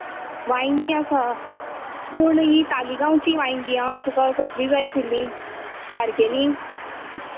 वांयगीं आसा पूण ही तालिगांवची वांयगीं हां तुका कसली जाय आशिल्लीं बारकेलीं